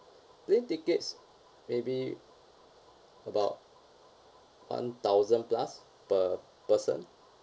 plane tickets maybe about one thousand plus per person